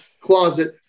closet